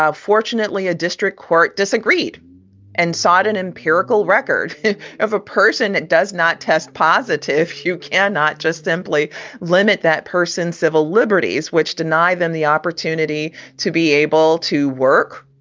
ah fortunately, a district court disagreed and sought an empirical record of a person does not test positive. positive. you cannot just simply limit that person's civil liberties, which deny them the opportunity to be able to work,